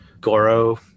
Goro